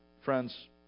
Friends